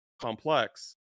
complex